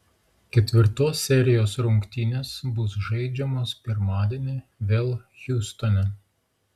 ketvirtos serijos rungtynės bus žaidžiamos pirmadienį vėl hjustone